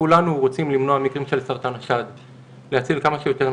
כולם שמענו ביטוי וקביעה "לכי תבדקי,